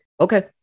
Okay